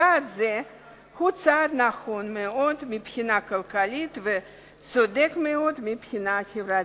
צעד זה הוא צעד נכון מאוד מבחינה כלכלית וצודק מאוד מבחינה חברתית.